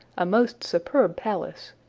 a most superb palace,